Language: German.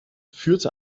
führte